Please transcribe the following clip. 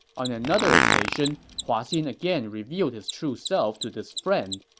on another occasion, hua xin again revealed his true self to this friend.